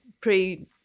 pre